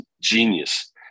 genius